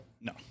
No